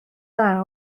dda